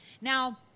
Now